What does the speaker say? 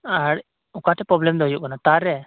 ᱟᱨ ᱚᱠᱟ ᱴᱷᱮᱡ ᱯᱨᱚᱵᱞᱮᱢ ᱫᱚ ᱦᱩᱭᱩᱜ ᱠᱟᱱᱟ ᱛᱟᱨ ᱨᱮ